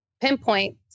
pinpoint